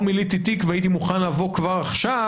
או הם מילאו תיק והוא מוכן לבוא כבר עכשיו,